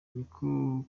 niko